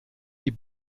die